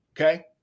Okay